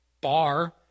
bar